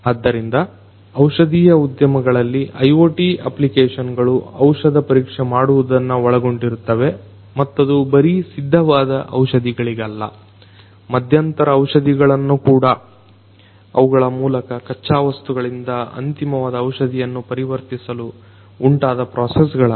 ಆದ್ದರಿಂದ ಔಷಧಿಯ ಉದ್ಯಮಗಳಲ್ಲಿ IoT ಅಪ್ಲಿಕೆಷನ್ಗಳು ಔಷಧ ಪರೀಕ್ಷೆ ಮಾಡುವುದನ್ನ ಒಳಗೊಂಡಿರುತ್ತವೆ ಮತ್ತದು ಬರೀ ಸಿದ್ಧವಾದ ಔಷಧಿಗಳಿಗಲ್ಲ ಮಧ್ಯಂತರ ಔಷಧಿಗಳನ್ನ ಕೂಡ - ಅವುಗಳ ಮೂಲಕ ಖಚ್ಚಾ ವಸ್ತುಗಳಿಂದ ಅಂತಿಮವಾದ ಔಷಧಿಯಾಗಿ ಪರಿವರ್ತಿಸಲು ಉಂಟಾದ ಪ್ರೊಸೆಸ್ಗಳನ್ನ